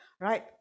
right